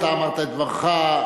אתה אמרת את דברך,